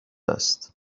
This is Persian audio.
است